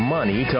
Money